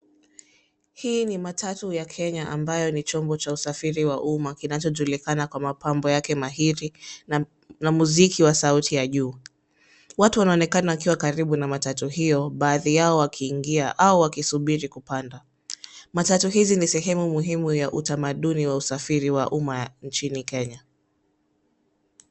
Hii ni matatu ya Kenya ambayo ni chombo cha usafiri wa umma kinachojulikana kwa mapambo yake mahiri na muziki wa sauti ya juu. Watu wanaonekana wakiwa karibu na matatu hiyo baadhi yao wakiingia au wakisubiri kupanda. Matatu hizi ni sehemu muhimu ya utamaduni wa usafiri wa umma ya nchini Kenya.